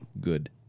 Good